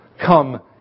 come